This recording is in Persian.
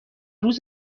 روز